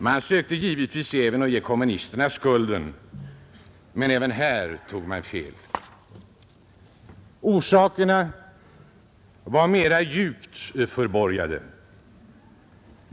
Man sökte givetvis ge kommunisterna skulden, men även här tog man fel. Orsakerna var mera djupt förborgade.